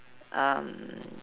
um